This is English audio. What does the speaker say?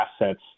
assets